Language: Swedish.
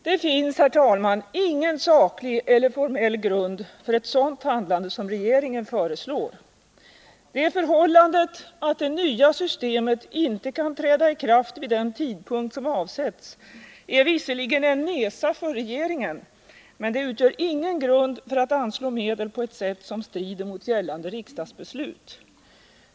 Det finns, herr talman, ingen saklig eller formell grund för ett sådant handlande som regeringen föreslår. Det förhållandet att det nya systemet inte kan träda i kraft vid den tidpunkt som avsetts är visserligen en nesa för regeringen, men det utgör ingen grund för att anslå medel på ett sätt som strider mot gällande riksdagsbeslut.